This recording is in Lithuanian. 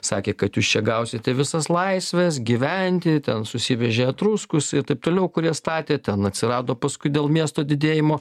sakė kad jūs čia gausite visas laisves gyventi ten susivežė etruskus ir taip toliau kurie statė ten atsirado paskui dėl miesto didėjimo